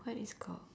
what is called